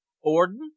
orden